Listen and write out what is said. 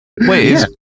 Wait